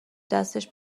دستش